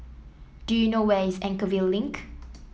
do you know where is Anchorvale Link